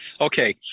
Okay